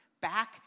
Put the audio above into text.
back